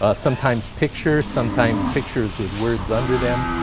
ah sometimes pictures, sometimes pictures with words under them.